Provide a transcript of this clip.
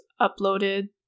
uploaded